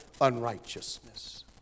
unrighteousness